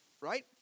right